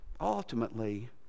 Ultimately